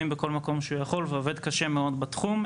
בכל מקום שהוא יכול ועובד קשה מאוד בתחום,